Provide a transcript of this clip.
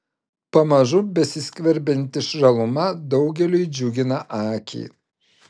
pamažu besiskverbianti žaluma daugeliui džiugina akį